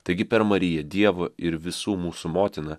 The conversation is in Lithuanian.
taigi per mariją dievo ir visų mūsų motiną